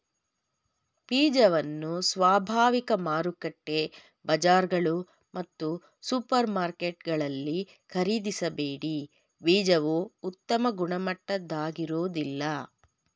ಬೀಜವನ್ನು ಸ್ವಾಭಾವಿಕ ಮಾರುಕಟ್ಟೆ ಬಜಾರ್ಗಳು ಮತ್ತು ಸೂಪರ್ಮಾರ್ಕೆಟಲ್ಲಿ ಖರೀದಿಸಬೇಡಿ ಬೀಜವು ಉತ್ತಮ ಗುಣಮಟ್ಟದಾಗಿರೋದಿಲ್ಲ